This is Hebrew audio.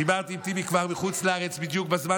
דיברת איתי כבר מחוץ לארץ בדיוק בזמן